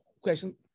question